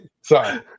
sorry